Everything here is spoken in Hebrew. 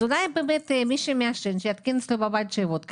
אולי מי שמעשן צריך להתקין אצלו שאיבות כאלה,